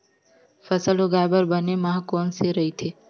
फसल उगाये बर बने माह कोन से राइथे?